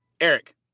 Eric